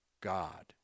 God